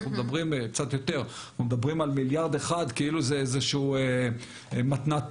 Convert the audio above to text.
אנחנו מדברים על מיליארד אחד כאילו זה מתנת טבע.